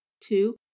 two